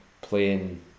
playing